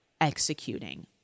executing